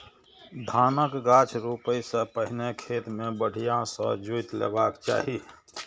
धानक गाछ रोपै सं पहिने खेत कें बढ़िया सं जोति लेबाक चाही